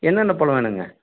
என்னென்ன பழம் வேணும்ங்க